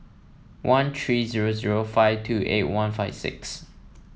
one three zero zero five two eight one five six